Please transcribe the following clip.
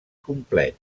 complet